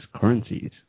currencies